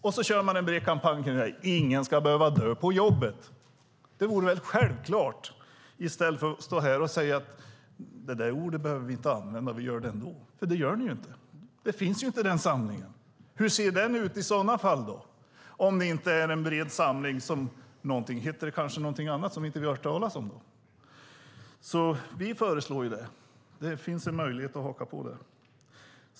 Sedan kör man en bred kampanj kring att ingen ska behöva dö på jobbet. Det vore väl självklart, i stället för att stå här och säga att ni inte behöver använda det där ordet, för ni gör det ändå. Det gör ni ju nämligen inte. Den samlingen finns inte. Hur ser den ut i sådana fall, om det inte är en bred samling? Heter den kanske någonting annat, som vi inte har hört talas om? Vi föreslår alltså detta. Det finns en möjlighet att haka på.